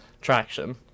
traction